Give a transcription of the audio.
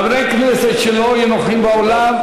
חברי כנסת שלא יהיו נוכחים באולם,